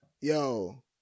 yo